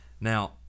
Now